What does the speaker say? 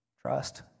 Trust